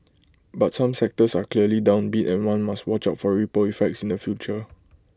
but some sectors are clearly downbeat and one must watch out for ripple effects in the future